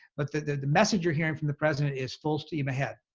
but the message you're hearing from the president is full steam ahead.